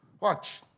Watch